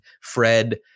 Fred